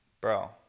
bro